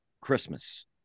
Christmas